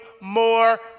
more